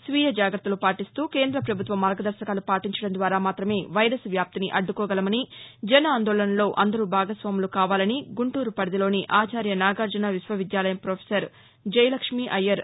స్వీయ జాగ్రత్తలు పాటీస్తూ కేంద్ర ప్రభుత్వ మార్గదర్భకాలు పాటించడం ద్వారా మాత్రమే వైరస్ వ్యాప్తిని అద్దుకోగలమని జన్ ఆందోళన్లో అందరూ భాగస్వాములు కావాలని గుంటూరు పరిధిలోని ఆచార్య నాగార్జన విశ్వవిద్యాలయం ప్రాఫెసర్ జయలక్ష్మీ అయ్యర్